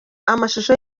amashusho